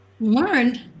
learned